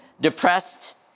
depressed